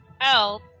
else